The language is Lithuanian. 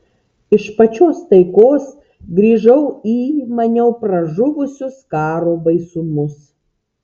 iš pačios taikos grįžau į maniau pražuvusius karo baisumus